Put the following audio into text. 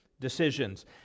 decisions